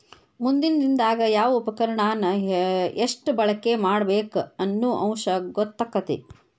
ಮುಂದಿನ ದಿನದಾಗ ಯಾವ ಉಪಕರಣಾನ ಎಷ್ಟ ಬಳಕೆ ಮಾಡಬೇಕ ಅನ್ನು ಅಂಶ ಗೊತ್ತಕ್ಕತಿ